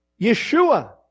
Yeshua